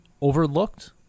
overlooked